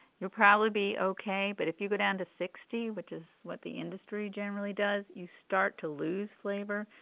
you'll probably be okay. but if you go down to sixty, which is what the industry generally does, you start to lose flavor.